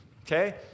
okay